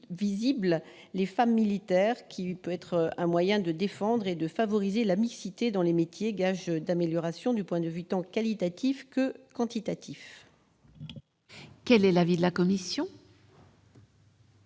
visibles les femmes militaires et, ainsi, de défendre et de favoriser la mixité dans les métiers, gage d'amélioration du point de vue tant qualitatif que quantitatif. Quel est l'avis de la commission ?